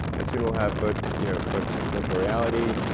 and soon we'll have virtual you know but virtual reality,